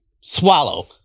swallow